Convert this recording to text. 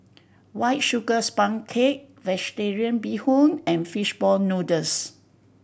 White Sugar Sponge Cake Vegetarian Bee Hoon and fish ball noodles